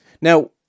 Now